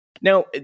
Now